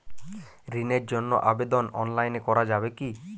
ঋণের জন্য আবেদন অনলাইনে করা যাবে কি?